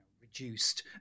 reduced